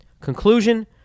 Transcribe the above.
Conclusion